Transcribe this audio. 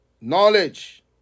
Knowledge